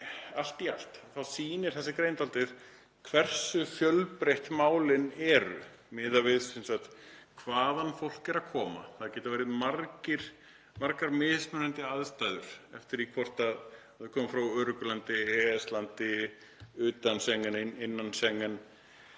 Allt í allt þá sýnir þessi grein dálítið hversu fjölbreytt málin eru miðað við hvaðan fólk er að koma. Það geta verið margar mismunandi aðstæður eftir því hvort fólk kemur frá öruggu landi, EES-landi, utan Schengen, innan Schengen,